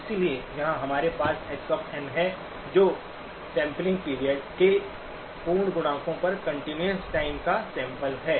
इसलिए यहाँ हमारे पास x n है जो सैंपलिंग पीरियड के पूर्णांक गुणकों पर कंटीन्यूअस टाइम का सैंपल है